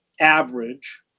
average